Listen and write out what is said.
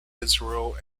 israel